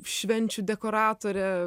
švenčių dekoratorė